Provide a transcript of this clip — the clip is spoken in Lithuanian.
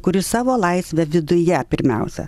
kuri savo laisvę viduje pirmiausia